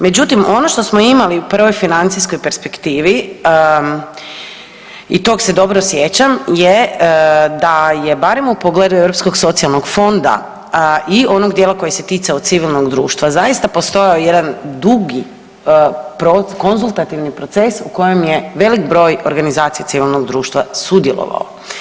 Međutim ono što smo imali u prvoj financijskoj perspektivi i tog se dobro sjećam je da je barem u pogledu Europskog socijalnog fonda i onog djela koji se ticao civilnog društva, zaista postojao jedan dugi konzultativni proces u kojem je veliki broj organizacija civilnog društva sudjelovao.